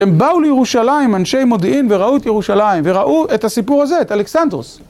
הם באו לירושלים, אנשי מודיעין וראו את ירושלים, וראו את הסיפור הזה, את אלכסדרוס.